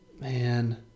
Man